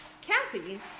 Kathy